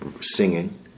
singing